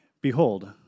Behold